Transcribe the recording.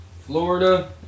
Florida